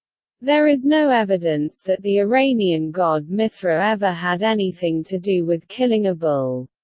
there is no evidence that the iranian god mithra ever had anything to do with killing a bull.